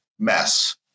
mess